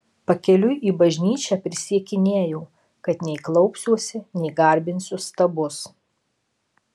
pakeliui į bažnyčią prisiekinėjau kad nei klaupsiuosi nei garbinsiu stabus